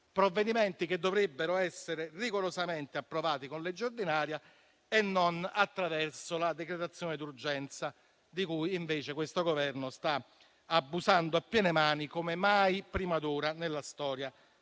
personali, che dovrebbero essere rigorosamente approvati con legge ordinaria e non attraverso la decretazione d'urgenza, di cui invece questo Governo sta abusando a piene mani, come mai prima d'ora nella storia